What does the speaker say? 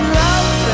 love